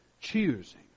choosing